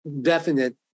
definite